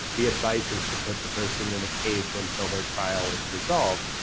the advice is to put the person and in a cage until their trial is resolved.